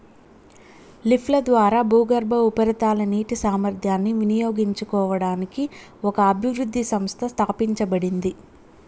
లిఫ్ట్ల ద్వారా భూగర్భ, ఉపరితల నీటి సామర్థ్యాన్ని వినియోగించుకోవడానికి ఒక అభివృద్ధి సంస్థ స్థాపించబడింది